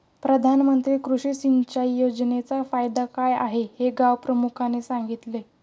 प्रधानमंत्री कृषी सिंचाई योजनेचा फायदा काय हे गावप्रमुखाने सांगितले